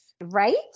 right